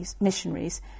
missionaries